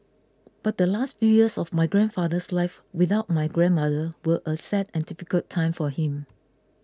but the last few years of my grandfather's life without my grandmother were a sad and difficult time for him